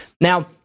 Now